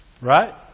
Right